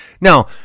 Now